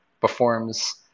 performs